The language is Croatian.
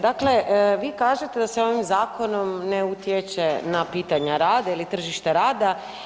Dakle, vi kažete da se ovim zakonom ne utječe na pitanja rada ili tržišta rada.